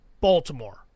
Baltimore